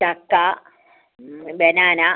ചക്ക ബനാന